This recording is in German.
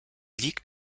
liegt